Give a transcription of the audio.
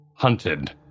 hunted